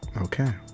Okay